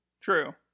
true